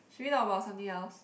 should we talk about something else